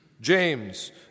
James